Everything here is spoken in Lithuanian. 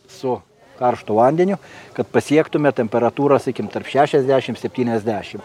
su karštu vandeniu kad pasiektume temperatūrą sakykim tarp šešiasdešimt septyniasdešimt